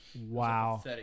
Wow